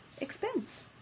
expense